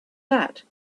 that